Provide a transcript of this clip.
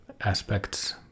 aspects